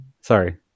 Sorry